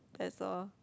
that's all